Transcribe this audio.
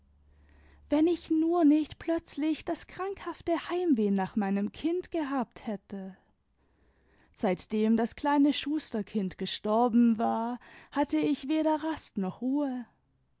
wenn ich nur nfcht plötzlich das krankhafte heimweh nach meinem kind gehabt hätte i seitdem das kleine schusterkind gestorben war hatte ich weder rast noch ruhe